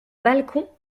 balcon